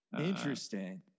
Interesting